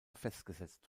festgesetzt